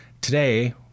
today